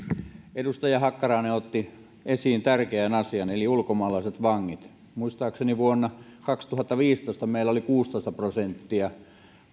edustaja hakkarainen otti esiin tärkeän asian eli ulkomaalaiset vangit muistaakseni vuonna kaksituhattaviisitoista meillä oli kuusitoista prosenttia